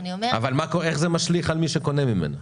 איך זה משליך על מי שקונה ממנה?